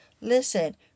Listen